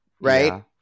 right